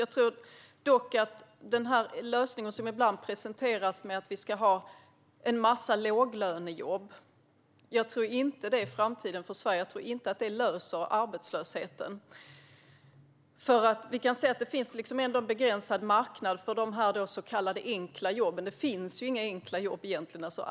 Jag tror dock inte att den lösning som ibland presenteras, att vi ska ha en massa låglönejobb, är framtiden för Sverige. Jag tror inte att det löser arbetslösheten, för det finns ändå en begränsad marknad för de så kallade enkla jobben. Det finns egentligen inga enkla jobb.